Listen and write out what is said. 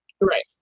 right